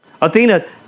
Athena